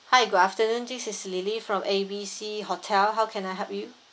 hi good afternoon this is lily from A B C hotel how can I help you